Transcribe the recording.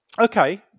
Okay